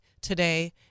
today